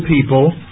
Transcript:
people